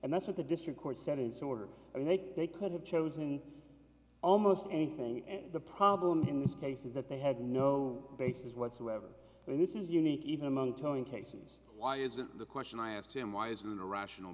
and that's what the district court set is order they could have chosen almost anything and the problem in this case is that they had no basis whatsoever and this is unique even among towing cases why isn't the question i asked him why isn't a rational